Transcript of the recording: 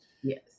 Yes